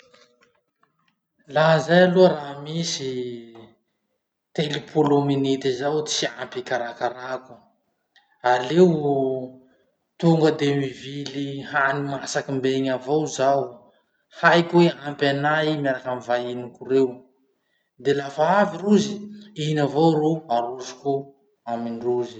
Laha zay aloha raha misy telopolo minity zao tsy ampy ikarakarako. Aleo tonga de mivily hany masaky mbegnya avao zaho. Haiko hoe ampy anay iny miaraky amy vahiniko reo. De lafa avy rozy, iny avao ro arosoko amindrozy.